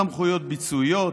סמכויות ביצועיות,